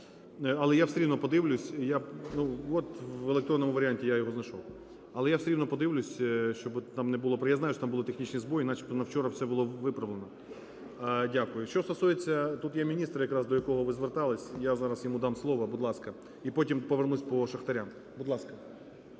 але я все рівно подивлюся, щоби там не було... я знаю, що там були технічні збої, начебто на вчора все було виправлено. Дякую. Що стосується, тут є міністр, якраз до якого ви зверталися, я зараз йому дам слово, будь ласка, і потім повернуся по шахтарям.